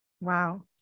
wow